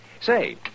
Say